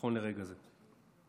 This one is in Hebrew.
נכון לרגע זה.